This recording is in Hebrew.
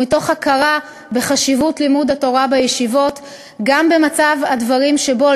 ומתוך הכרה בחשיבות לימוד התורה בישיבות גם במצב הדברים שבו